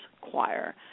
choir